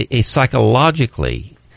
psychologically